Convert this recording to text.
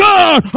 God